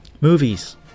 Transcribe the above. Movies